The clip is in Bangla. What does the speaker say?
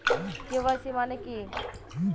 কে.ওয়াই.সি মানে কী?